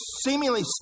seemingly